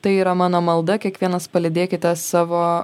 tai yra mano malda kiekvienas palydėkite savo